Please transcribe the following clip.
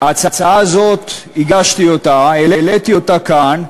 ההצעה הזאת, הגשתי אותה, העליתי אותה כאן,